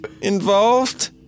involved